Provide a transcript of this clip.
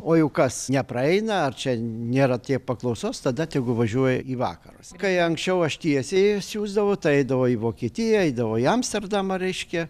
o jau kas nepraeina ar čia nėra tiek paklausos tada tegu važiuoja į vakarus kai anksčiau aš tiesiai siųsdavau tai eidavo į vokietiją eidavo į amsterdamą reiškia